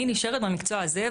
אני נשארת במקצוע הזה,